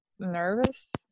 nervous